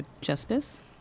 Justice